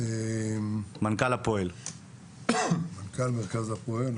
ארנשטיין, מנכ"ל מרכז הפועל.